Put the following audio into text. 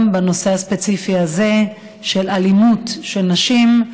בנושא הספציפי הזה של אלימות כלפי נשים.